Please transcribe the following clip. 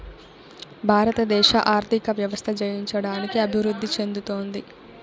భారతదేశ ఆర్థిక వ్యవస్థ జయించడానికి అభివృద్ధి చెందుతోంది